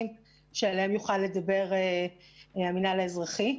שעליהם יוכל לדבר המינהל האזרחי.